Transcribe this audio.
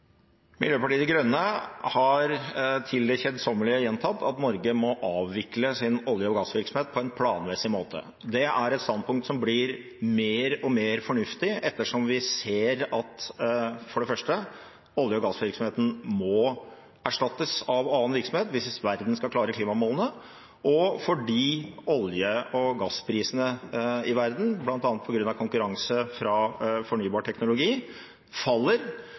Miljøpartiet De Grønne har til det kjedsommelige gjentatt at Norge må avvikle sin olje- og gassvirksomhet på en planmessig måte. Det er et standpunkt som blir mer og mer fornuftig ettersom vi – for det første – ser at olje- og gassvirksomheten må erstattes av annen virksomhet hvis verden skal nå klimamålene, og fordi olje- og gassprisene i verden, bl.a. på grunn av konkurranse fra fornybar teknologi, faller,